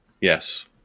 Yes